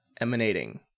emanating